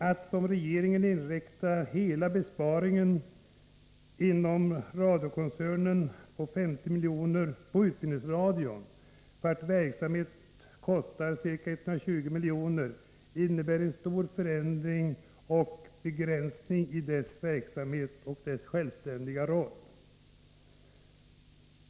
Att, som regeringen gör, inrikta hela besparingen inom radionkoncernen på 50 milj.kr. på utbildningsradion, vars verksamhet kostar ca 120 miljoner, innebär en stor förändring och en begränsning av utbildningsradions verksamhet och självständiga roll.